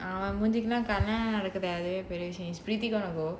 அவ மூஞ்சிக்கெல்லாம்:ava moonjikellaam